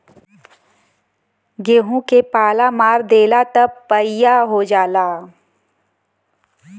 गेंहू के पाला मार देला त पइया हो जाला